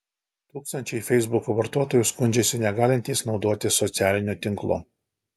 tūkstančiai feisbuko vartotojų skundžiasi negalintys naudotis socialiniu tinklu